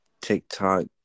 TikTok